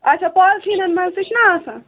اچھا پالتھیٖنن منٛز تہِ چھُناہ آسان